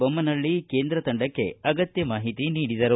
ಬೊಮ್ಮನಹಳ್ಳ ಕೇಂದ್ರದ ತಂಡಕ್ಕೆ ಅಗತ್ಯ ಮಾಹಿತಿ ನೀಡಿದರು